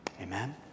Amen